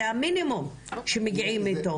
זה המינימום שמגיעים איתו.